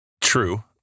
True